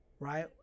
right